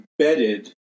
embedded